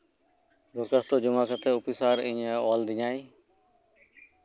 ᱫᱚᱨᱠᱷᱟᱥᱛᱚ ᱡᱚᱢᱟ ᱠᱟᱛᱮᱫ ᱚᱯᱷᱤᱥᱟᱨ ᱮ ᱚᱞ ᱟᱹᱫᱤᱧᱟ